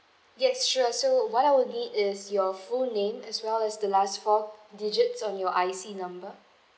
yes sure so what I would need is your full name as well as the last four digits on your I_C number